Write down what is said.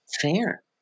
fair